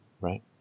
right